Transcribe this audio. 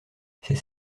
c’est